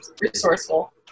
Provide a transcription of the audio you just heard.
resourceful